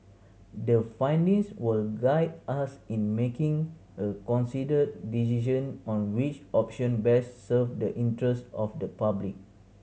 the findings will guide us in making a considered decision on which option best serve the interest of the public